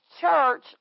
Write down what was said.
church